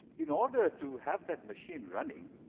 in order to have that machine running,